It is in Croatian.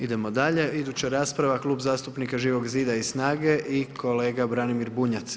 Idemo dalje, iduća rasprava Klub zastupnika Živog zida i SNAGA-e i kolega Branimir Bunjac.